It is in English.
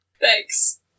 Thanks